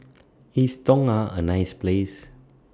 IS Tonga A nice Place